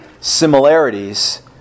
similarities